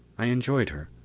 i enjoyed her.